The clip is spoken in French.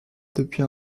depuis